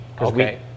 Okay